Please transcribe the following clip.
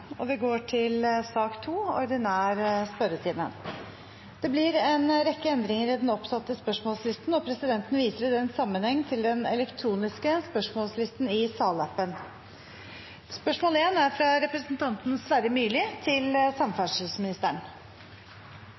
Det blir en rekke endringer i den oppsatte spørsmålslisten, og presidenten viser i den sammenheng til den elektroniske spørsmålslisten. De foreslåtte endringene i